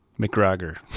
McGregor